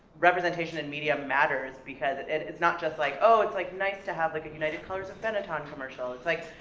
representation and media matters, because it's not just like, oh, it's, like, nice to have, like, united colors of benetton from our show. it's like,